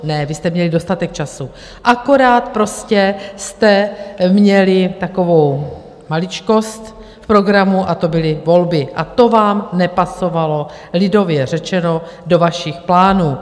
Ne, vy jste měli dostatek času, akorát prostě jste měli takovou maličkost v programu a to byly volby a to vám nepasovalo, lidově řečeno, do vašich plánů.